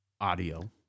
audio